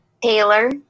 Taylor